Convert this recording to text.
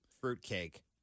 fruitcake